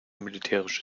militärische